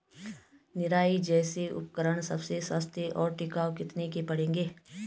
निराई जैसे उपकरण सबसे सस्ते और टिकाऊ कितने के पड़ेंगे?